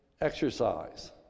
exercise